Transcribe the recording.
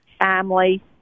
family